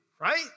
right